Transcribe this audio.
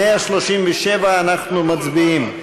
137, אנחנו מצביעים.